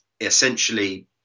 essentially